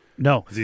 No